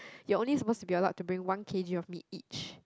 you are only supposed to be allowed to bring one K_G of meat each